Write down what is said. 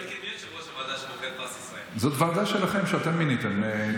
זאת ועדה שלכם, שאתם מיניתם.